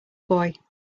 boy